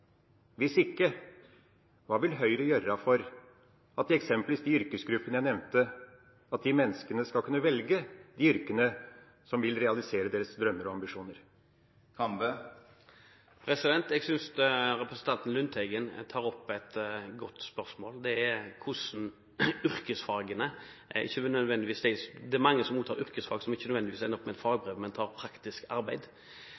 Hvis ikke, hva vil Høyre gjøre for at eksempelvis menneskene i de yrkesgruppene jeg nevnte, skal kunne velge de yrkene som vil realisere deres drømmer og ambisjoner? Jeg synes representanten Lundteigen tar opp et godt spørsmål. Det er mange som tar yrkesfag, men som ikke nødvendigvis ender opp med et fagbrev, men tar praktisk arbeid. Det er en utfordring at nordmenn som